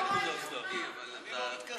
את עומדת עכשיו ודגל ישראל מאחורייך.